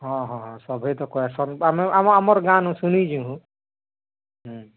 ହଁ ହଁ ହଁ ସଭେଁ ତ କହେସନ୍ ତ ଆମେ ଆମେ ଆମର୍ ଗାଁ'ନୁ ଶୁନିଛୁଁ ହୁଁ